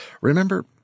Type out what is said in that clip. Remember